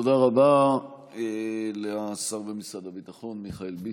תודה רבה לשר במשרד הביטחון מיכאל ביטון.